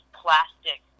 plastic